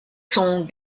sont